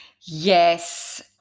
yes